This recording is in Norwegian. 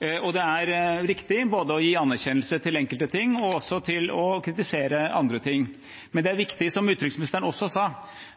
og det er riktig både å gi anerkjennelse til enkelte ting og også å kritisere andre ting. Men det er viktig, som utenriksministeren også sa,